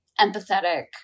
empathetic